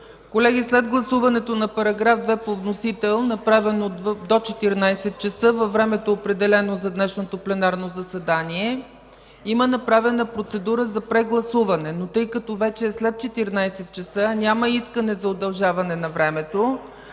Колеги, след гласуването на § 2 по вносител, направено до 14 ч., във времето, определено за днешното пленарно заседание, има направена процедура за прегласуване. Но тъй като вече е след 14,00 ч., а няма искане за удължаване на времето,